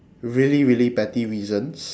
really really petty reasons